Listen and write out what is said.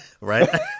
Right